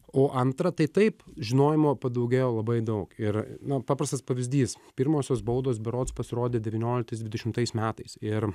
o antra tai taip žinojimo padaugėjo labai daug ir na paprastas pavyzdys pirmosios baudos berods pasirodė devynioliktais dvidešimtais metais ir